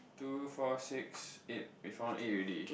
two four six eight we found eight already